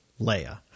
Leia